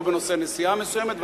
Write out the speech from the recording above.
לא בנושא נסיעה מסוימת,